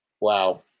Wow